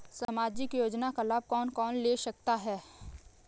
सामाजिक योजना का लाभ कौन कौन ले सकता है?